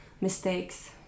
mistakes